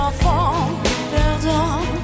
perdant